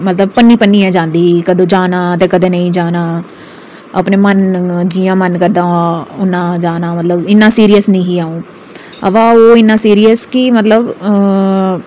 मतलब भन्नी भन्नियै जंदी ही मतलब कदें जाना ते कदें नेईं जाना अपने मन जि'यां मन करदा अ'ऊं उन्ना मतलब जाना इन्ना सीरियस नेईं ही अ'ऊं अबा ओह् इन्ना सीरियस कि मतलब